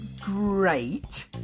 great